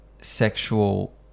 sexual